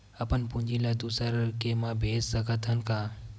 अपन पूंजी ला दुसर के मा भेज सकत हन का?